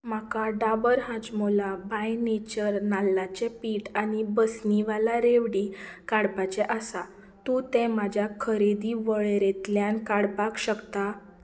म्हाका Dabur Hajmola by nature नाल्लाचें पीट आनी बसनीवाला रेवडी काडपाचें आसा तूं तें म्हज्या खरेदी वळेरेंतल्यान काडपाक शकता